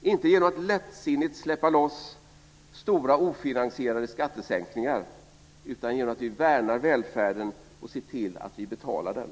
Vi gör det inte genom att lättsinnigt släppa loss stora, ofinansierade skattesänkningar utan genom att värna välfärden och se till att vi betalar den.